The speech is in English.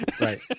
Right